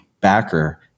backer